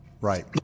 Right